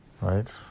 right